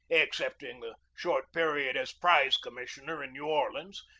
excepting the short period as prize commissioner in new orleans,